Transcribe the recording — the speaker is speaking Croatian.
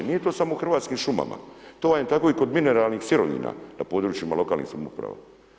Nije to samo u hrvatskim šumama, to vam je tako i kod mineralnih sirovina, na području lokalnih samouprava.